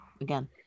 again